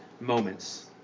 moments